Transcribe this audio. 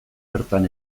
bertan